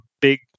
big